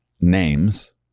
names